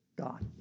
God